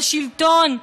בשלטון,